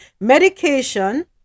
medication